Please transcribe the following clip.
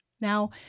now